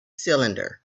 cylinder